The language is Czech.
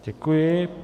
Děkuji.